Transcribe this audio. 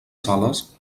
sales